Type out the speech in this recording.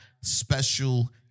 special